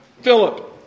Philip